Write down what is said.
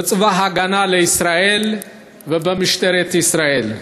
בצבא ההגנה לישראל ובמשטרת ישראל,